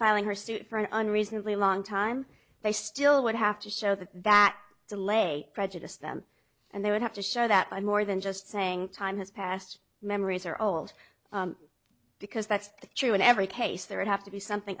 an unreasonably long time they still would have to show that that delay prejudiced them and they would have to show that by more than just saying time has past memories are old because that's true in every case there would have to be something